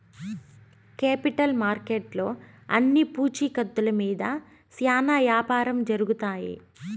capital మార్కెట్లో అన్ని పూచీకత్తుల మీద శ్యానా యాపారం జరుగుతాయి